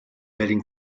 berlin